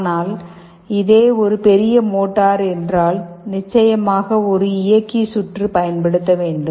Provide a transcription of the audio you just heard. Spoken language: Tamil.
ஆனால் இதே ஒரு பெரிய மோட்டார் என்றால் நிச்சயமாக ஒரு இயக்கி சுற்று பயன்படுத்த வேண்டும்